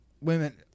women